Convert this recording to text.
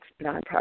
Nonprofit